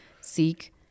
seek